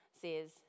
says